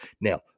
Now